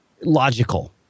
logical